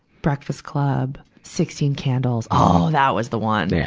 breakfast club, sixteen candles. oh, that was the one!